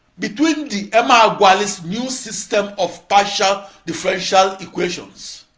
between the emeagwali's new system of partial differential equations